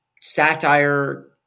satire